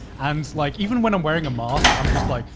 and like, even when i'm wearing a mask, i'm just like,